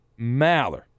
Maller